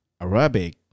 Arabic